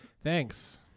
Thanks